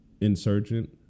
Insurgent